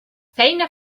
feina